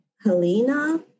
Helena